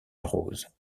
arrose